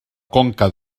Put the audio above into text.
conca